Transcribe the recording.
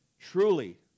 truly